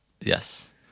Yes